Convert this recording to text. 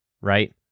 right